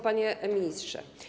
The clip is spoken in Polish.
Panie Ministrze!